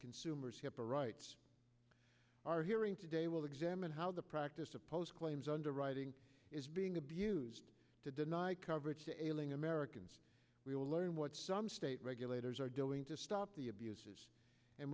consumer's hipaa rights are hearing today will examine how the practice of post claims underwriting is being abused to deny coverage to ailing americans we will learn what some state regulators are doing to stop the abuses and